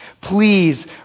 Please